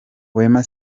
wema